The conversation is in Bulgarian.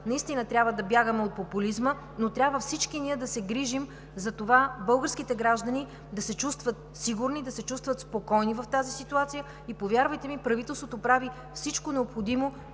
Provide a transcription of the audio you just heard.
ситуация трябва да бягаме от популизма. Всички ние трябва да се грижим за това българските граждани да се чувстват сигурни, да се чувстват спокойни в тази ситуация и, повярвайте ми, правителството прави всичко необходимо